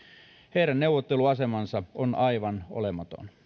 heidän neuvotteluasemansa on aivan olematon